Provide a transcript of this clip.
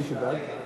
אין מליאה, מי שבעד?